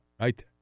right